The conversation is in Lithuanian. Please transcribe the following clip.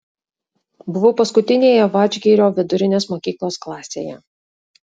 buvau paskutinėje vadžgirio vidurinės mokyklos klasėje